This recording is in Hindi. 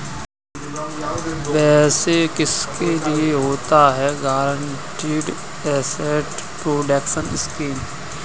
वैसे किसके लिए होता है गारंटीड एसेट प्रोटेक्शन स्कीम?